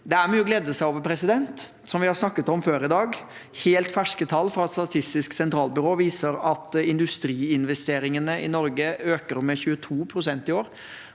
Det er mye å glede seg over. Som vi har snakket om før i dag, viser helt ferske tall fra Statistisk sentralbyrå at industriinvesteringene i Norge øker med 22 pst. i år.